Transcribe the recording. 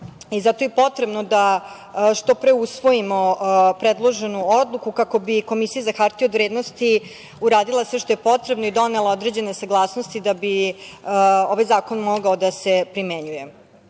Zato je i potrebno da što pre usvojimo predloženu odluku, kako bi Komisija za hartije od vrednosti uradila sve što je potrebno i donela određene saglasnosti da bi ovaj zakon mogao da se primenjuje.Za